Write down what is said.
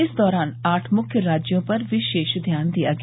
इस दौरान आठ मुख्य राज्यों पर विशेष ध्यान दिया गया